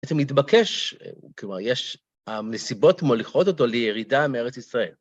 בעצם מתבקש, כלומר, יש מסיבות מוליכות אותו לירידה מארץ ישראל.